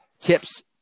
tips